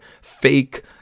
fake